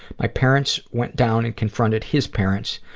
my parents went down and confronted his parents.